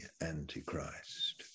antichrist